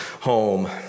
home